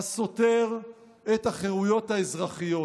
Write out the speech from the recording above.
הסותר את החירויות האזרחיות".